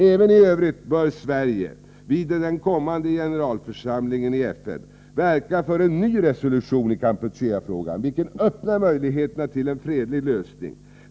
Även i övrigt bör Sverige vid den kommande generalförsamlingen i FN verka för en ny resolution i Kampucheafrågan, vilken öppnar möjligheterna till en fredlig lösning.